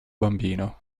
bambino